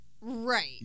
Right